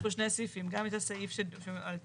יש פה שני סעיפים: גם את הסעיף על תורן,